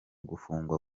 gufungwa